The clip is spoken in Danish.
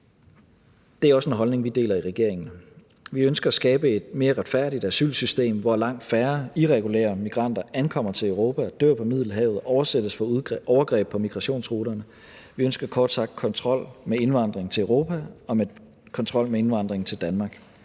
Det er også en holdning, vi deler i regeringen. Vi ønsker at skabe et mere retfærdigt asylsystem, hvor langt færre irregulære migranter ankommer til Europa, dør på Middelhavet og udsættes for overgreb på migrationsruterne – vi ønsker kort sagt kontrol med indvandring til Europa og kontrol med indvandringen til Danmark.